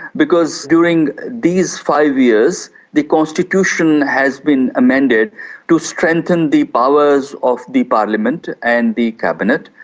because during these five years the constitution has been amended to strengthen the powers of the parliament and the cabinet,